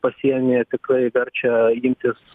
pasienyje tikrai verčia imtis